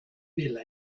vile